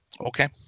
Okay